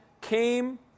came